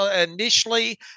initially